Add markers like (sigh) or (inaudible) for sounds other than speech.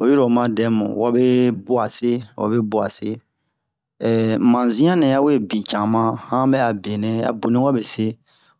oyiro oma dɛ mu wabe bwa se wabe bwa se (hesitation) mazin'an nɛ ya we bin caman han ɓɛ'a benɛ ya boni wabe se